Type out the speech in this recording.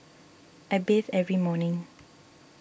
I bathe every morning